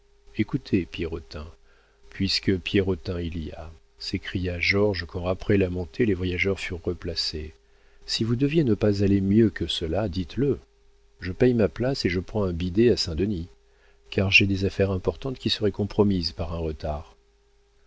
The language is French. écoutez pierrotin puisque pierrotin il y a s'écria georges quand après la montée les voyageurs furent replacés si vous deviez ne pas aller mieux que cela dites-le je paie ma place et je prends un bidet à saint-denis car j'ai des affaires importantes qui seraient compromises par un retard